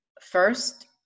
first